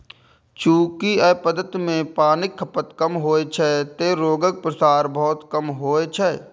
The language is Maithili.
चूंकि अय पद्धति मे पानिक खपत कम होइ छै, तें रोगक प्रसार बहुत कम होइ छै